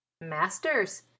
Masters